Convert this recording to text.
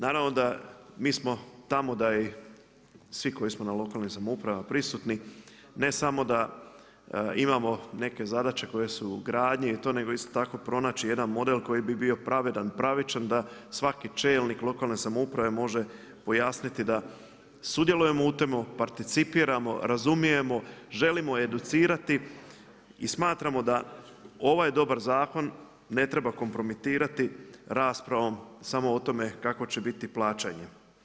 Naravno, mi smo tamo da ih svi koji smo na lokalnim samoupravama prisutni ne samo da imamo neke zadaće koje su … nego isto tako pronaći jedan model koji bi bio pravedan, pravičan da svaki čelnik lokalne samouprave može pojasniti da sudjelujemo u tome, participiramo, razumijemo, želimo educirati i smatramo da ovaj dobar zakon ne treba kompromitirati raspravom samo o tome kakvo će biti plaćanje.